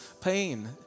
pain